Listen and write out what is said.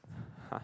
!huh!